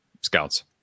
scouts